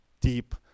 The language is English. deep